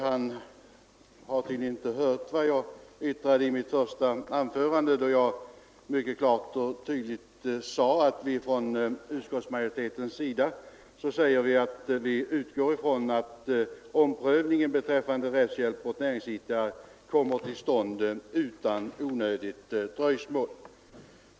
Han har tydligen inte hört vad jag yttrade i mitt första anförande, där jag mycket klart angav att utskottsmajoriteten utgår från att en omprövning i frågan om rättshjälp åt näringsidkare kommer till stånd utan onödigt dröjsmål.